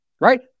Right